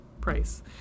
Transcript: Price